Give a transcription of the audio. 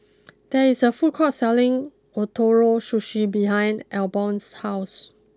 there is a food court selling Ootoro Sushi behind Albion's house